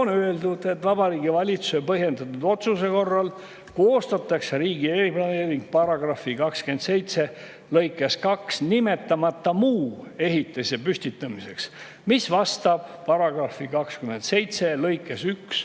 on öeldud, et Vabariigi Valitsuse põhjendatud otsuse korral koostatakse riigi eriplaneering § 27 lõikes 2 nimetamata muu ehitise püstitamiseks, mis vastab § 27 lõikes 1